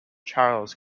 charles